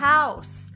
House